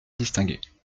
distingués